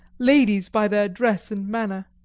ladies by their dress and manner.